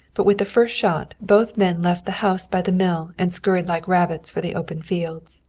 but with the first shot both men left the house by the mill and scurried like rabbits for the open fields.